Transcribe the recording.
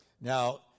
Now